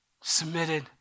submitted